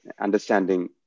understanding